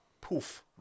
Poof